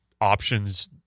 options